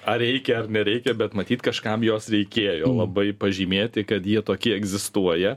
ar reikia ar nereikia bet matyt kažkam jos reikėjo labai pažymėti kad jie tokie egzistuoja